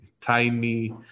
tiny